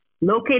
Located